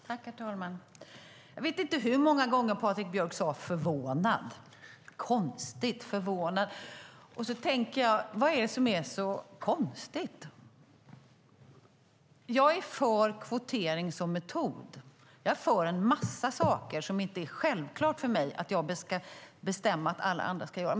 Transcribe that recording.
Herr talman! Jag vet inte hur många gånger Patrik Björck sade "förvånad" och "konstigt". Jag tänker: Vad är det som är så konstigt? Jag är för kvotering som metod. Jag är för en massa saker som det inte är självklart för mig att jag ska bestämma att alla andra ska göra.